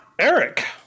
Eric